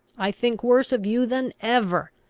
i think worse of you than ever!